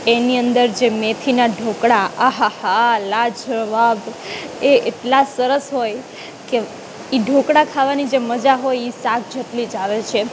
એની અંદર જે મેથીના ઢોકળા આહાહા લાજવાબ એ એટલા સરસ હોય કે એ ઢોકળા ખાવાની જે મજા હોય એ એ શાક જેટલી જ આવે છે